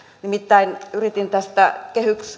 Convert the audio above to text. nimittäin yritin tästä